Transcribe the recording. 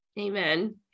Amen